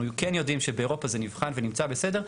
כן יודעים שבאירופה זה נבחן ונמצא בסדר,